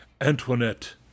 Antoinette